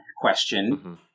question